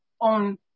on